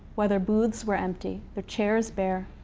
why their booths were empty, their chairs bare.